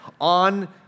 on